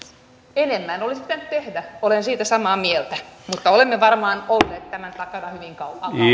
enemmän olisi pitänyt tehdä olen siitä samaa mieltä mutta olemme varmaan olleet tämän takana hyvin kauan